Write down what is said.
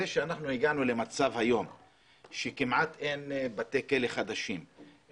זה שאנחנו הגענו למצב היום שכמעט אין בתי כלא חדשים,